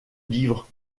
livre